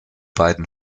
beiden